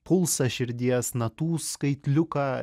pulsą širdies natų skaitliuką